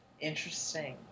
Interesting